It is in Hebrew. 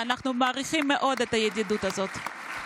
ואנחנו מעריכים מאוד את הידידות הזאת.